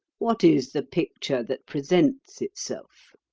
what is the picture that presents itself?